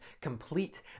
complete